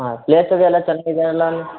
ಹಾಂ ಪ್ಲೇಸ್ ಅದು ಎಲ್ಲ ಚೆನ್ನಾಗಿದ್ಯಾ ಎಲ್ಲವೂ